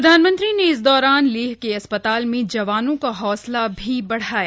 प्रधानमंत्री ने इस दौरान लेह के अस्पताल में जवानों का हौसला भी बढ़ाया